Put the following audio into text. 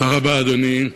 תודה רבה, אדוני.